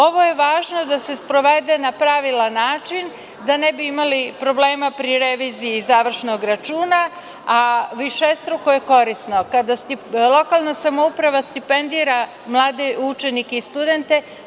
Ovo je važno da se donese na pravi način da ne bi imali problema pri reviziji završnog računa, a višestruko je korisno kada lokalna samouprava stipendira mlade studente.